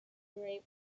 grape